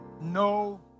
No